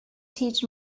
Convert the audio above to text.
teach